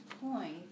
point